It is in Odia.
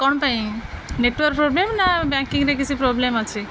କ'ଣ ପାଇଁ ନେଟୱାର୍କ ପ୍ରୋବ୍ଲେମ୍ ନା ବ୍ୟାଙ୍କିଙ୍ଗରେ କିଛି ପ୍ରୋବ୍ଲେମ୍ ଅଛି